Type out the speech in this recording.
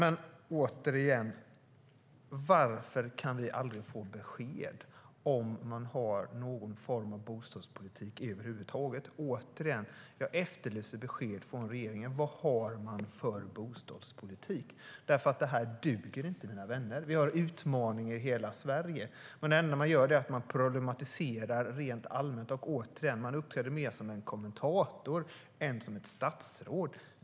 Varför kan vi aldrig få besked om man har någon form av bostadspolitik över huvud taget? Jag efterlyser besked från regeringen: Vad har man för bostadspolitik? Det här duger nämligen inte, mina vänner. Vi har utmaningar i hela Sverige. Men det enda som man gör är att problematisera rent allmänt och uppträda mer som en kommentator än som ett statsråd.